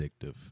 addictive